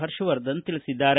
ಹರ್ಷವರ್ಧನ್ ತಿಳಿಸಿದ್ದಾರೆ